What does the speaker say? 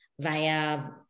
via